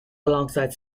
alongside